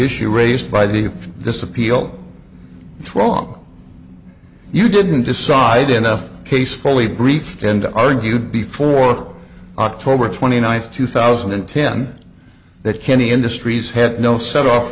issue raised by the this appeal it's wrong you didn't decide enough case fully briefed and argued before october twenty ninth two thousand and ten that kenny industries had no set off